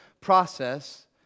process